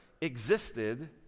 existed